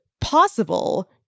possible